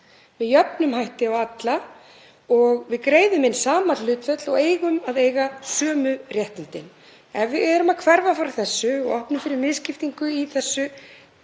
með jöfnum hætti á alla og við greiðum inn sama hlutfall og eigum að eiga sömu réttindin. Ef við hverfum frá því og opnum fyrir misskiptingu í þessu